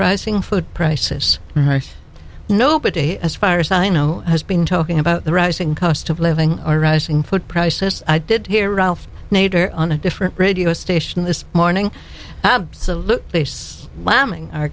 rising food prices nobody as far as i know has been talking about the rising cost of living or rising food prices i did hear ralph nader on a different radio station this morning absolutely